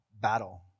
battle